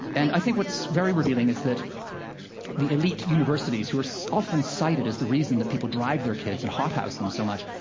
and i think what's very revealing is that the elite universities, who are often cited as the reason that people drive their kids and hothouse them so much,